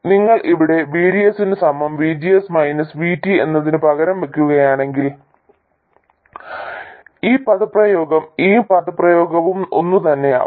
നിങ്ങൾ ഇവിടെ VDS സമം VGS മൈനസ് VT എന്നതിന് പകരം വയ്ക്കുകയാണെങ്കിൽ ഈ പദപ്രയോഗവും ഈ പദപ്രയോഗവും ഒന്നുതന്നെയാകും